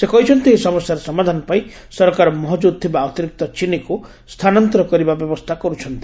ସେ କହିଛନ୍ତି ଏହି ସମସ୍ୟାର ସମାଧାନ ପାଇଁ ସରକାର ମହଜୁଦ ଥିବା ଅତିରିକ୍ତ ଚିନିକୁ ସ୍ଥାନାନ୍ତର କରିବା ବ୍ୟବସ୍ଥା କରୁଛନ୍ତି